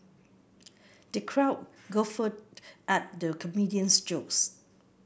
the crowd guffawed at the comedian's jokes